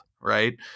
right